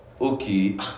okay